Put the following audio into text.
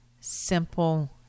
simple